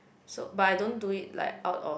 so but I don't do it like out of